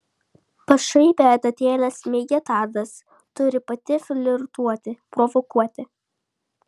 pašaipią adatėlę smeigė tadas turi pati flirtuoti provokuoti